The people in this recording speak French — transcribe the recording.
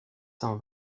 s’en